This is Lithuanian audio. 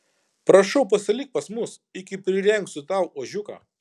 prašau pasilik pas mus iki prirengsiu tau ožiuką